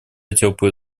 теплые